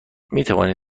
میتوانید